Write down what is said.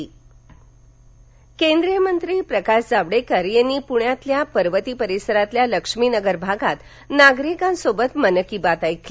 मन की बात केंद्रीय मंत्री प्रकाश जावडेकर यांनी पूण्यातील पर्वती परिसरातल्या लक्ष्मीनगर भागात नागरिकांसोबत मन की बात ऐकली